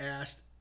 asked